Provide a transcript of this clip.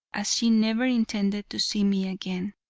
as she never intended to see me again.